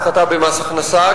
ההפחתה במס הכנסה,